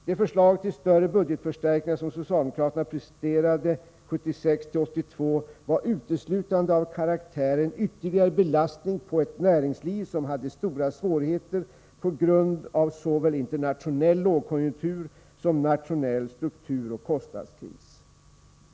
De förslag till större budgetförstärkningar som socialdemokraterna presenterade 1976-1982 var uteslutande av karaktären ytterligare belastning på ett näringsliv som hade stora svårigheter på grund av såväl internationell lågkonjunktur som nationell strukturoch kostnadskris.